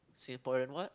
Singaporean what